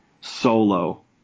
solo